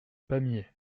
pamiers